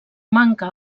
manca